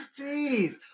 Jeez